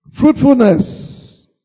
Fruitfulness